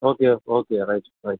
okay okay right right